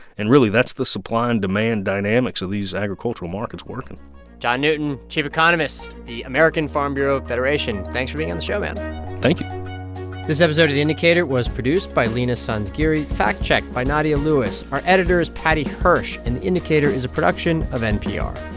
and really, that's the supply-and-demand dynamics of these agricultural markets working john newton, chief economist at the american farm bureau federation thanks for being on the show, man thank you this episode of the indicator was produced by leena sanzgiri, fact-checked by nadia lewis. our editor is paddy hirsch, and the indicator is a production of npr